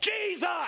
Jesus